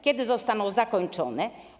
Kiedy zostaną zakończone?